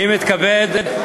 אני מתכבד,